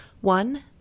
One